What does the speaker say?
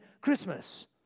Christmas